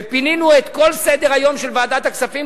ופינינו את כל סדר-היום של ועדת הכספים